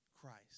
Christ